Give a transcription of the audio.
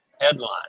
Headline